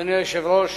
אדוני היושב-ראש,